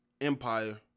Empire